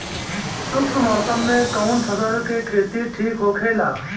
शुष्क मौसम में कउन फसल के खेती ठीक होखेला?